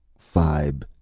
fibe,